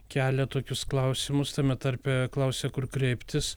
kelia tokius klausimus tame tarpe klausia kur kreiptis